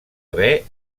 haver